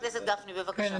חה"כ גפני בבקשה.